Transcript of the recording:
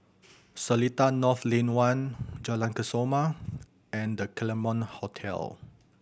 Seletar North Lane One Jalan Kesoma and The Claremont Hotel